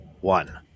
one